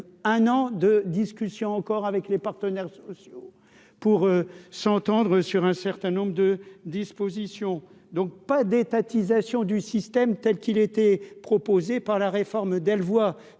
un an de discussions encore avec les partenaires sociaux pour s'entendre sur un certain nombre de dispositions, donc pas d'étatisation du système telle qu'il était proposé par la réforme Delvoye,